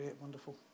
wonderful